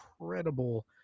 incredible